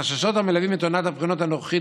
החששות המלווים את עונת הבחינות הנוכחית